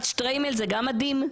שטריימל זה גם מדים?